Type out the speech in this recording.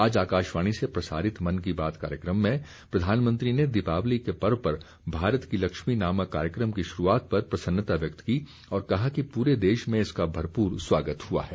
आज आकाशवाणी से प्रसारित मन की बात कार्यक्रम में प्रधानमंत्री ने दीपावली के पर्व पर भारत की लक्ष्मी नामक कार्यक्रम की शुरूआत पर प्रसन्नता व्यक्त की और कहा कि पूरे देश में इसका भरपूर स्वागत हुआ है